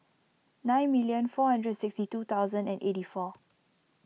nine million four hundred sixty two thousand and eighty four